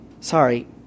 sorry